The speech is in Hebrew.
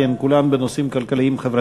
כי הן כולן בנושאים כלכליים-חברתיים.